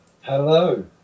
hello